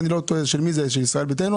של מי זה, של ישראל ביתנו?